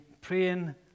praying